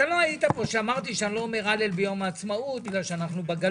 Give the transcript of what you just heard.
היית פה כשאמרתי שאני לא אומר הלל ביום העצמאות כי אנחנו בגלות.